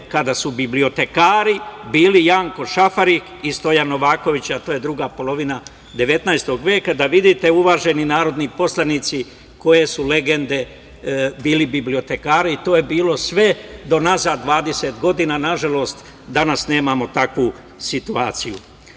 kada su bibliotekari bili Janko Šafarik i Stojan Novaković, a to je druga polovina 19. veka, da vidite, uvaženi narodni poslanici, koje su legende bili bibliotekari, i to je bilo sve do unazad 20 godina. Nažalost, danas nemamo takvu situaciju. Narodna